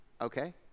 Okay